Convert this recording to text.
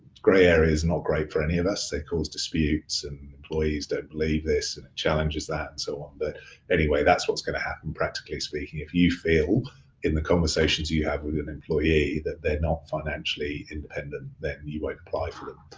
gray area is not great for any of us. they cause disputes and employees don't believe this and it challenges that and so on. but anyway, that's what's gonna happen practically speaking. if you feel in the conversations you you have with an employee that they're not financially independent, then and you you won't apply for it.